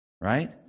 Right